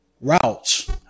routes